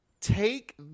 take